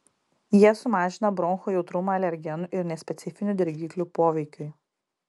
jie sumažina bronchų jautrumą alergenų ir nespecifinių dirgiklių poveikiui